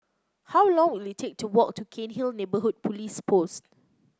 how long will it take to walk to Cairnhill Neighbourhood Police Post